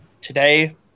today